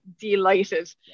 delighted